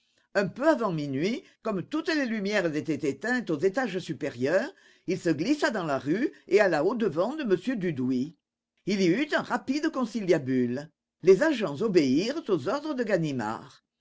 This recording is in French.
un peu avant minuit comme toutes les lumières étaient éteintes aux étages supérieurs il se glissa dans la rue et alla au-devant de m dudouis il y eut un rapide conciliabule les agents obéirent aux ordres de ganimard